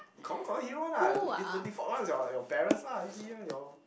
confirm got one hero one lah the the default one is your your parents lah easy one your